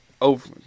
over